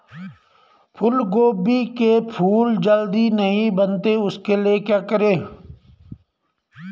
फूलगोभी के फूल जल्दी नहीं बनते उसके लिए क्या करें?